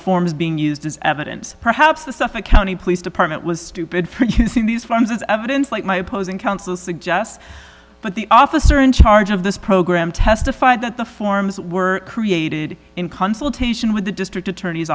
forms being used as evidence perhaps the suffolk county police department was stupid for producing these forms as evidence like my opposing counsel suggests but the officer in charge of this program testified that the forms were created in consultation with the district attorney's